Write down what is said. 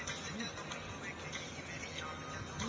এমল এক ধরলের কাঠ হচ্যে লাম্বার যেটা দিয়ে ওলেক কম হ্যয়